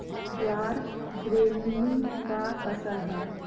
ज्वार ग्रैमीनी का फसल है